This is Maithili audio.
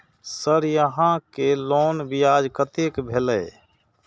सर यहां के लोन ब्याज कतेक भेलेय?